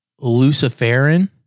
luciferin